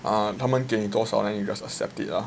ah 他们给你多少 then you just accept it lah